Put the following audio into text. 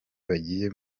bagiye